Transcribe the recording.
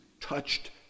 touched